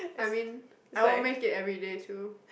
I mean I'll make it everyday too